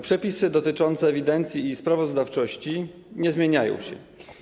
Przepisy dotyczące ewidencji i sprawozdawczości nie zmieniają się.